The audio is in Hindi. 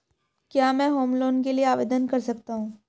क्या मैं होम लोंन के लिए आवेदन कर सकता हूं?